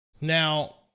Now